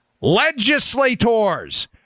Legislators